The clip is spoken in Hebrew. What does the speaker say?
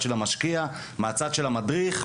המשקיע והמדריך,